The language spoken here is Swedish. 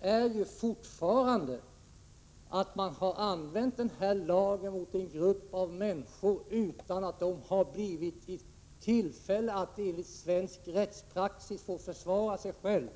är ju fortfarande att man har använt lagen mot en grupp av människor utan att dessa människor har blivit i tillfälle att enligt svensk rättspraxis få försvara sig själva.